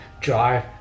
drive